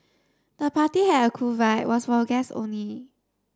the party had a cool vibe was for guests only